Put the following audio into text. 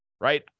right